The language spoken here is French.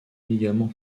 ligaments